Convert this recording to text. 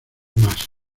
más